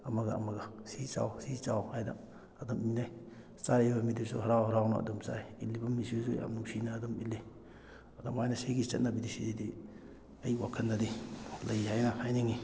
ꯑꯃꯒ ꯑꯃꯒ ꯁꯤ ꯆꯥꯎ ꯁꯤ ꯆꯥꯎ ꯍꯥꯏꯅ ꯑꯗꯨꯝ ꯏꯟꯅꯩ ꯆꯥꯔꯤꯕ ꯃꯤꯗꯨꯁꯨ ꯍꯔꯥꯎ ꯍꯔꯥꯎꯅ ꯑꯗꯨꯝ ꯆꯥꯏ ꯏꯟꯂꯤꯕ ꯃꯤꯗꯨꯁꯨ ꯌꯥꯝ ꯅꯨꯡꯁꯤꯅ ꯑꯗꯨꯝ ꯏꯜꯂꯤ ꯑꯗꯨꯃꯥꯏꯅ ꯁꯤꯒꯤ ꯆꯠꯅꯕꯤꯗꯤ ꯁꯤꯗꯤ ꯑꯩ ꯋꯥꯈꯜꯗꯗꯤ ꯂꯩ ꯍꯥꯏꯅ ꯍꯥꯏꯅꯤꯡꯏ